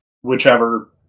whichever